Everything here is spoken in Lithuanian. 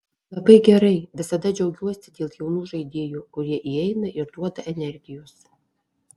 labai gerai visada džiaugiuosi dėl jaunų žaidėjų kurie įeina ir duoda energijos